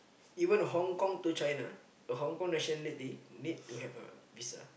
even Hong-Kong to China a Hong-Kong nationality need to have a visa